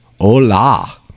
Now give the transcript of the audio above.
hola